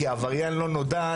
כי עבריין לא נודע,